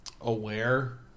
aware